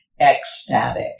ecstatic